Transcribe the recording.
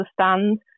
understand